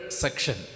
section